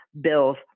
bills